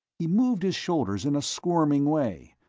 he moved his shoulders in a squirming way,